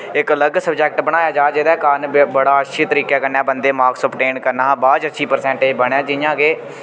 इक अलग सब्जेक्ट बनाया जा जेह्दे कारण बड़ा अच्छी तरीके कन्नै बन्दे मार्क्स ओब्टेन करने हा बाद च अच्छी परसैंटेज बनै जि'यां के